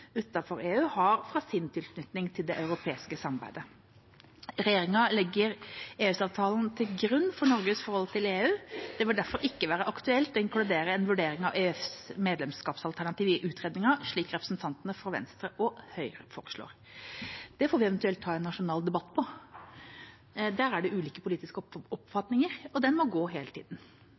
EU har fra sin tilknytning til det europeiske samarbeidet. Regjeringa legger EØS-avtalen til grunn for Norges forhold til EU. Det vil derfor ikke være aktuelt å inkludere en vurdering av EØS-medlemskapsalternativ i utredningen, slik representantene fra Venstre og Høyre foreslår. Det får vi eventuelt ta en nasjonal debatt på – der er det ulike politiske oppfatninger – og den må gå hele